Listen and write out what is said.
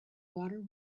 water